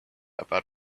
about